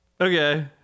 Okay